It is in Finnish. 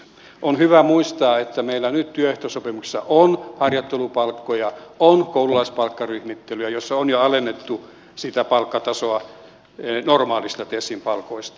on hyvä muistaa että meillä nyt työehtosopimuksissa on harjoittelupalkkoja on koululaispalkkaryhmittelyjä joissa on jo alennettu sitä palkkatasoa normaaleista tesin palkoista